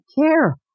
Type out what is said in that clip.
care